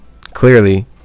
clearly